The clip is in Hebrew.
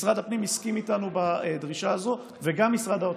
משרד הפנים הסכים איתנו בדרישה הזאת וגם משרד האוצר.